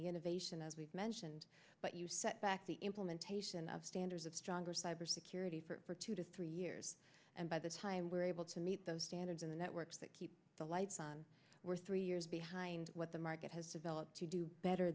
the innovation as we've mentioned but you set back the implementation of standards of stronger cybersecurity for two to three years and by the time we're able to meet those standards in the networks that keep the lights on we're three years behind what the market has developed to do better